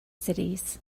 cities